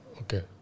Okay